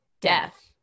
Death